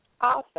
Awesome